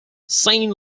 saint